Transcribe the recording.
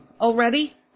Already